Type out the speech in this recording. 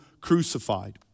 crucified